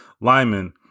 linemen